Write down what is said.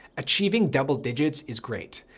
achieving double digits is great,